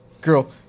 girl